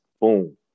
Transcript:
Boom